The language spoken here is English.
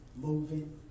moving